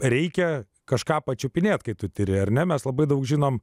reikia kažką pačiupinėti kai tu tiri ar ne mes labai daug žinom